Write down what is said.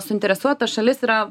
suinteresuota šalis yra